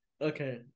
Okay